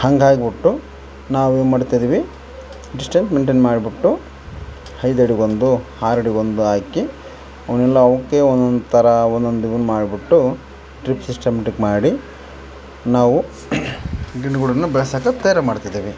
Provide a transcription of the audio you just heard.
ಹಾಂಗಾಗಿ ಬಿಟ್ಟು ನಾವೇನು ಮಾಡ್ತಿದಿವಿ ಡಿಸ್ಟೆನ್ಸ್ ಮೈನ್ಟೈನ್ ಮಾಡಿಬಿಟ್ಟು ಐದು ಅಡಿಗೊಂದು ಆರು ಅಡಿಗೊಂದು ಹಾಕಿ ಅವನ್ನೆಲ್ಲ ಅವುಕ್ಕೆ ಒಂದೊಂದು ಥರ ಒಂದೊಂದು ಇವುನ್ನು ಮಾಡಿಬಿಟ್ಟು ಟ್ರಿಕ್ ಸಿಸ್ಟಮಟಿಕ್ ಮಾಡಿ ನಾವು ಗಿಡಗಳ್ನ ಬೆಳ್ಸೋಕೆ ತಯಾರು ಮಾಡ್ತಿದೀವಿ